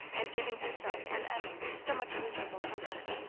and giving herself and evan so much miserable comfort.